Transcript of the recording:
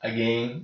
Again